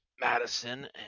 Madison